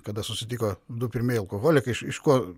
kada susitiko du pirmieji alkoholikai iš iš ko